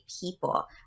people